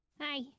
Hi